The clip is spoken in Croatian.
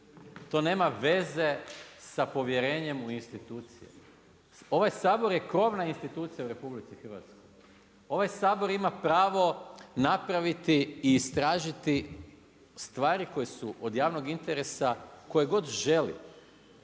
To nema veze sa povjerenjem u institucije. Ovaj Sabor je krovna institucija u RH, ovaj Sabor ima pravo napraviti i istražiti stvari koje su od javnog interesa, koje god želi.